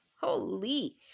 holy